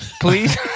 Please